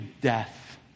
death